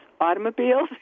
automobiles